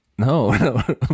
No